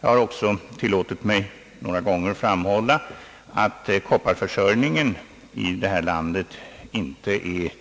Jag har också några gånger tillåtit mig framhålla, att vårt lands kopparförsörjning inte är